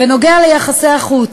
בנוגע ליחסי החוץ,